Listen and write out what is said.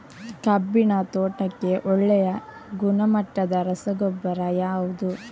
ಕಬ್ಬಿನ ತೋಟಕ್ಕೆ ಒಳ್ಳೆಯ ಗುಣಮಟ್ಟದ ರಸಗೊಬ್ಬರ ಯಾವುದು?